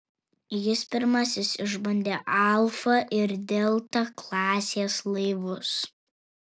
jis pirmasis išbandė alfa ir delta klasės laivus